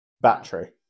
Battery